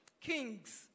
kings